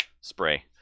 spray